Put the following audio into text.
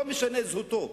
לא משנה זהותו,